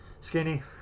Skinny